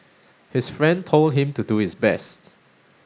his friend told him to do his best